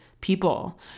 people